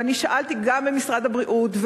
ואני שאלתי גם במשרד הבריאות,